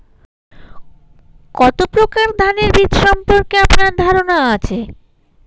কত প্রকার ধানের বীজ সম্পর্কে আপনার ধারণা আছে?